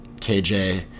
KJ